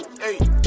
Hey